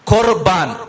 Korban